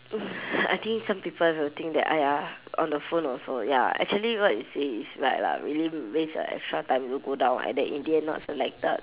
I think some people will think that !aiya! on the phone also ya actually what you say is right lah really waste your extra time to go down and then in the end not selected